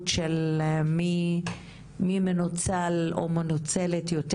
היום "זו לא תחרות של מי מנוצל או מנוצלת יותר"